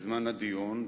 בזמן הדיון.